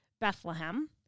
Bethlehem